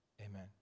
Amen